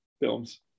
films